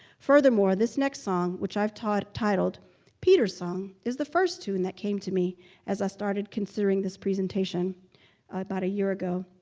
furthermore, this next song, which i've titled titled peter's song, is the first tune that came to me as i started considering this presentation a year ago.